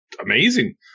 amazing